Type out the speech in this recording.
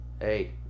Hey